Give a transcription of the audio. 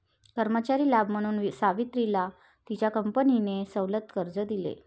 कर्मचारी लाभ म्हणून सावित्रीला तिच्या कंपनीने सवलत कर्ज दिले